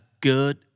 good